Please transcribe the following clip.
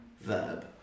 verb